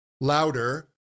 louder